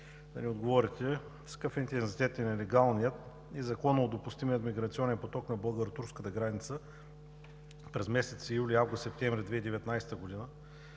да ни отговорите: с какъв интензитет е нелегалният и законодопустимият миграционен поток на българо-турската граница през месеците юли, август, септември на 2019 г.?